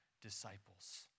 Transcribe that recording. disciples